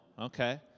Okay